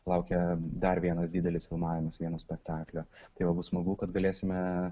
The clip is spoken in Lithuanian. laukia dar vienas didelis filmavimas vieno spektaklio tai jau bus smagu kad galėsime